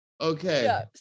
okay